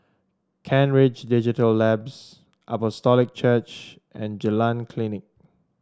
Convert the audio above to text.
Kent Ridge Digital Labs Apostolic Church and Jalan Klinik